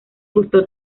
gustó